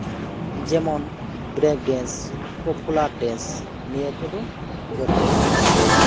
ᱡᱮᱢᱚᱱ break dance ᱚᱯᱷᱳᱞᱟᱨ dance ᱱᱤᱭᱟᱹ ᱠᱚᱫᱚ ᱡᱚᱛᱚ